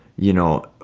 you know,